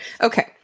Okay